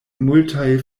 multaj